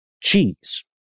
cheese